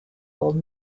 old